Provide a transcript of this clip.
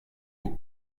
aux